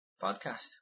Podcast